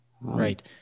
right